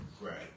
Right